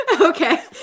Okay